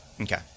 Okay